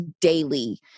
daily